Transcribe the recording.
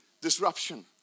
disruption